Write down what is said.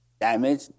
Damage